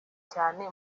cyane